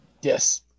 Yes